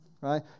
right